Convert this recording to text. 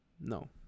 no